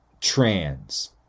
trans